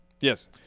Yes